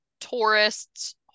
tourists